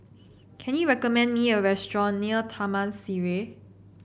can you recommend me a restaurant near Taman Sireh